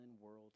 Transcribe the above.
world